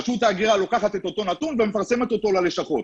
רשות ההגירה לוקחת את אותו נתון ומפרסמת אותו ללשכות.